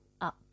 up